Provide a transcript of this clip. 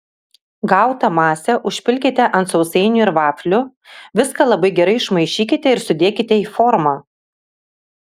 gautą masę užpilkite ant sausainių ir vaflių viską labai gerai išmaišykite ir sudėkite į formą